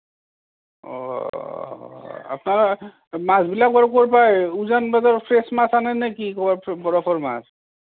আপোনাৰ মাছবিলাক বাৰু ক'ৰ পৰা উজান বজাৰৰ ফ্ৰেছ মাছ আনে নে কি ক'ৰবাৰ বৰফৰ মাছ